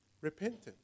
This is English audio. repentance